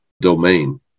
domain